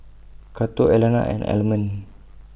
Cato Alannah and Almond